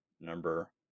number